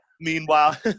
meanwhile